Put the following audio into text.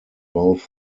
both